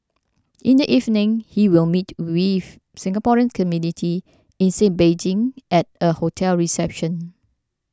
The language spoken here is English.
in the evening he will meet with Singaporean community in sit Beijing at a hotel reception